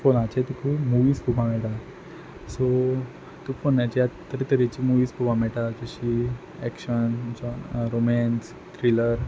फोनाचे तुका मुवीस पोवपा मेयटा सो तुका फोनाचे आतां तरेतरेची मुवीस पोवपा मेयटा तशी एक्शन बिक्शन रोमेंस थ्रीलर